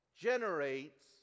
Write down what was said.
generates